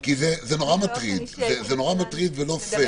כי זה נורא מטריד ולא פייר.